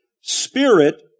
spirit